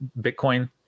Bitcoin